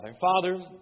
Father